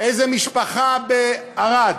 איזו משפחה בערד,